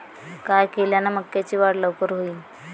काय केल्यान मक्याची वाढ लवकर होईन?